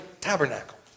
tabernacle